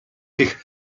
tych